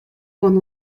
con